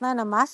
מתכנן המס